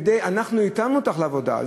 אנחנו התאמנו אותך לעבודה.